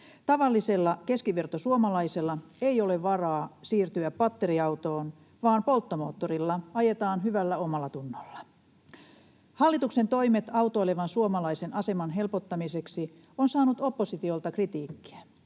Tavallisella keskivertosuomalaisella ei ole varaa siirtyä patteriautoon, vaan polttomoottorilla ajetaan hyvällä omallatunnolla. Hallituksen toimet autoilevan suomalaisen aseman helpottamiseksi ovat saaneet oppositiolta kritiikkiä.